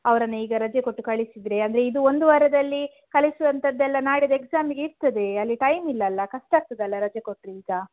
ಅವರನ್ನ ಈಗ ರಜೆ ಕೊಟ್ಟು ಕಳಿಸಿದರೆ ಅಂದರೆ ಇದು ಒಂದು ವಾರದಲ್ಲಿ ಕಲಿಸುವಂಥದ್ದೆಲ್ಲ ನಾಡಿದ್ದು ಎಕ್ಸಾಮಿಗೆ ಇರ್ತದೆ ಅಲ್ಲಿ ಟೈಮ್ ಇಲ್ಲ ಅಲ್ಲ ಕಷ್ಟ ಆಗ್ತದಲ್ಲ ರಜೆ ಕೊಟ್ಟರೆ ಈಗ